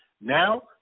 Now